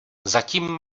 zatím